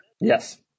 Yes